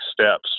steps